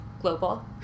Global